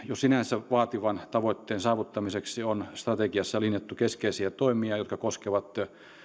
jo sinänsä vaativan kolmenkymmenenseitsemän prosentin tavoitteen saavuttamiseksi on strategiassa linjattu keskeisiä toimia jotka koskevat